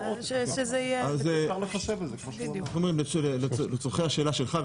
איך אומרים לצרכי השאלה שלך,